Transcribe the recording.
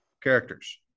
Characters